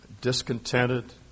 discontented